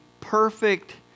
perfect